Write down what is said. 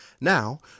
Now